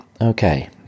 okay